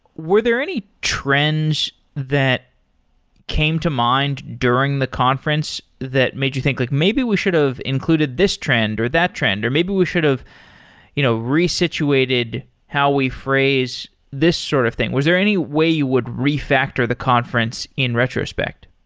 were there any trends that came to mind during the conference that made you think like, maybe we should have included this trend or that trend, or maybe we should have you know resituated how we phrase this sort of thing. was there any way you would refactor the conference in retrospect?